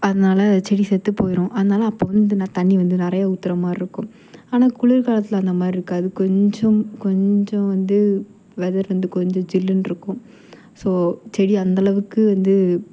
அதனால செடி செத்து போயிடும் அதனால அப்போ வந்து நான் தண்ணி வந்து நிறைய ஊற்றுற மாதிரி இருக்கும் ஆனால் குளிர்காலத்தில் அந்த மாதிரி இருக்காது கொஞ்சம் கொஞ்சம் வந்து வெதர் வந்து கொஞ்சம் ஜில்லுன்னு இருக்கும் ஸோ செடி அந்தளவுக்கு வந்து